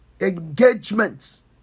Engagements